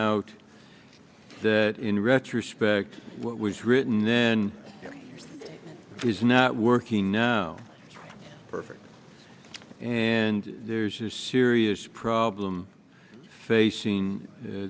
out that in retrospect what was written then is not working now perfect and there's a serious problem